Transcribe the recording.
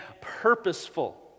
purposeful